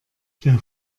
der